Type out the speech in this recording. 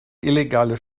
illegale